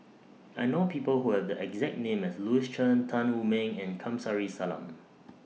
I know People Who Have The exact name as Louis Chen Tan Wu Meng and Kamsari Salam